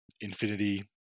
Infinity